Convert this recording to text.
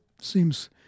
seems